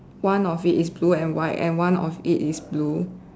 one of it is blue and white and one of it is blue